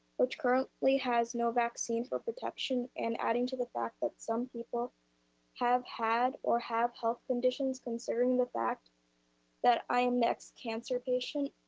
which currently has no vaccines for protection and adding to the fact that some people have had or have health conditions, considering the fact that i'm an ex-cancer patient.